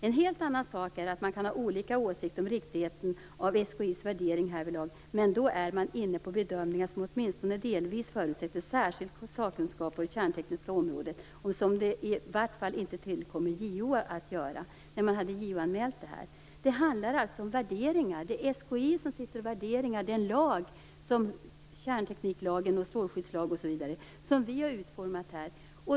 - En helt annan sak är, att man kan ha olika åsikt om riktigheten av SKI:s värdering härvidlag, men då är man inne på bedömningar, som åtminstone delvis förutsätter särskild sakkunskap på det kärntekniska området och som det i vart fall inte tillkommer JO att göra." Det handlar alltså om värderingar. Det är SKI som värderar de lagar - kärntekniklagen, strålskyddslagen, osv. - som vi har utformat här.